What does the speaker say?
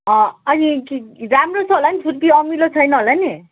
अनि राम्रो छ होला नि छुर्पी अमिलो छैन होला नि